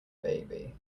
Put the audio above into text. baby